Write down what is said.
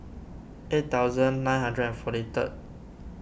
eight thousand nine hundred and forty third